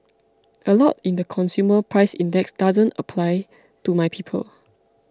a lot in the consumer price index doesn't apply to my people